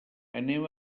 anem